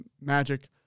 Magic